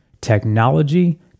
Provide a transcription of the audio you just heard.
technology